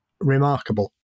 remarkable